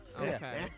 okay